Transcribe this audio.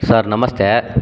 sir ನಮಸ್ತೆ